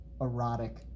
erotic